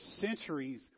centuries